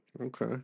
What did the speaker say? Okay